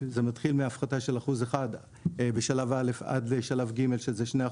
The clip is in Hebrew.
זה מתחיל מהפחתה של 1% בשלב א' עד לשלב ג' שזה 2%,